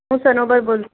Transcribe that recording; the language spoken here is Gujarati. હું સનોબર બોલું